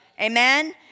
Amen